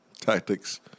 tactics